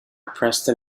preston